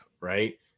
right